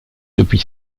depuis